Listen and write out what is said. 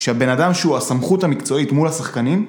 שהבן אדם שהוא הסמכות המקצועית מול השחקנים?